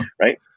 Right